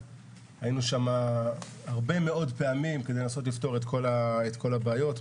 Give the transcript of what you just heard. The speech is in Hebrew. היינו שם הרבה מאוד פעמים כדי לנסות לפתור את כל הבעיות.